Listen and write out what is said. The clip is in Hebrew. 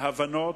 בהבנות,